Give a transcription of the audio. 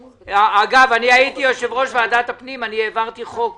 אגב, אני הייתי יושב-ראש ועדת הפנים והעברתי חוק